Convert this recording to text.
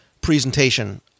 presentation